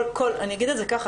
אני אגיד את זה ככה,